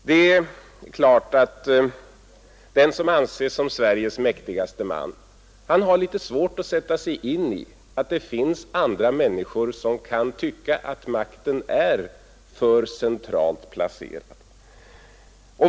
Det är klart att den som anses som Sveriges mäktigaste man har litet svårt att sätta sig in i att det finns andra människor som kan tycka att makten är för centralt placerad.